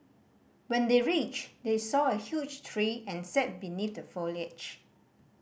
when they reached they saw a huge tree and sat beneath the foliage